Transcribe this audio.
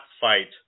fight